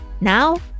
Now